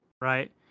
right